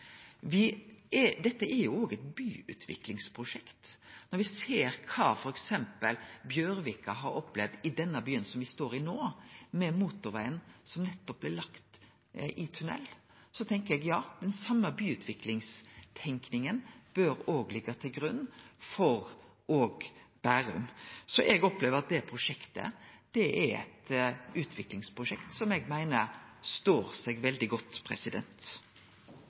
Dette er også eit byutviklingsprosjekt, og når me ser f.eks. kva Bjørvika har opplevd i denne byen me er i no, med motorvegen som er lagd i tunnel, tenkjer eg at den same byutviklingstenkinga bør også liggje til grunn for Bærum. Så eg meiner at det prosjektet er eit utviklingsprosjekt som står seg veldig godt.